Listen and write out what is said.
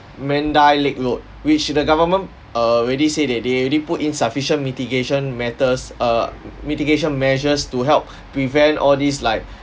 mandai lake road which the government err already say that they already put in sufficient mitigation matters err mitigation measures to help prevent all these like